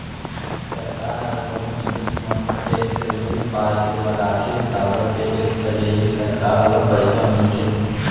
सरकार ह कोनो जिनिस मन म टेक्स ये पाय के लगाथे काबर के टेक्स ले ही सरकार ल पइसा मिलथे